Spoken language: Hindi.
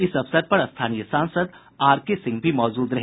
इस अवसर पर स्थानीय सांसद आर के सिंह भी मौजूद रहे